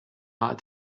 hot